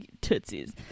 Tootsies